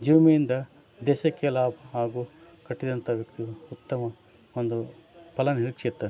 ಜೀವ ವಿಮೆಯಿಂದ ದೇಶಕ್ಕೆ ಲಾಭ ಹಾಗೂ ಕಟ್ಟಿದಂಥ ವ್ಯಕ್ತಿಯು ಉತ್ತಮ ಒಂದು ಫಲ ನಿರೀಕ್ಷೆ ಅತ್ತ